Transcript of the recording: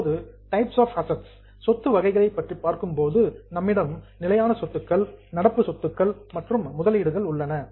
இப்போது types of assets சொத்து வகைகள் பற்றி பார்க்கும் போது நம்மிடம் பிக்ஸட் அசட்ஸ் நிலையான சொத்துக்கள் கரண்ட் அசட்ஸ் நடப்பு சொத்துக்கள் மற்றும் இன்வெஸ்ட்மெண்ட்ஸ் முதலீடுகள் உள்ளன